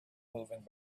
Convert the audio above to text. moving